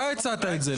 אתה הצעת את זה.